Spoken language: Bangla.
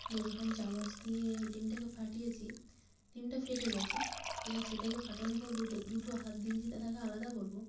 তো যখন চামচ দিয়ে ডিমটাকে ফাটিয়েছি ডিমটা ফেটে গেছে এবার সেটাকে ফাটানোর পর দুটো দুটো হাত দিয়ে যে তাকে আলাদা করব